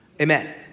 Amen